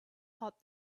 hot